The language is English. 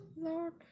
lord